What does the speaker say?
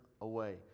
away